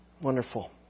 Wonderful